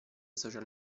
social